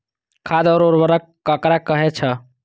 खाद और उर्वरक ककरा कहे छः?